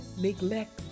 neglect